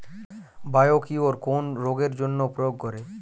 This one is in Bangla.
বায়োকিওর কোন রোগেরজন্য প্রয়োগ করে?